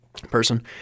person